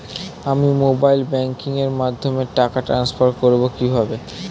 আমি mobile banking এর মাধ্যমে টাকা টান্সফার করব কিভাবে?